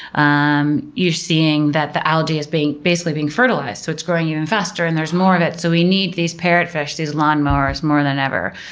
um you're seeing that the algae is basically being fertilized, so its growing even faster and there's more of it. so, we need these parrotfish, these lawnmowers, more than ever.